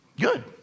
Good